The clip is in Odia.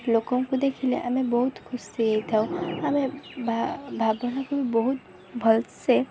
ଲୋକଙ୍କୁ ଦେଖିଲେ ଆମେ ବହୁତ ଖୁସି ହେଇଥାଉ ଆମେ ଭାବନାକୁ ବହୁତ ଭଲସେ